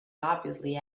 obviously